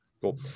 Cool